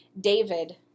David